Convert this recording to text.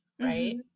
right